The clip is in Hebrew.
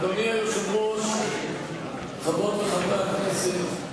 אדוני היושב-ראש, חברות וחברי הכנסת,